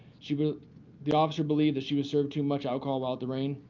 she will the officer believed that she was served too much alcohol while at the reign.